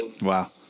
Wow